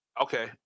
Okay